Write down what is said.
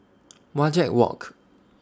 Wajek Walk